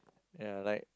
ya like